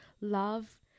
love